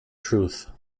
truth